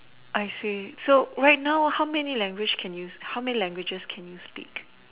I see so right now how many language how many languages can you speak